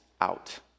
out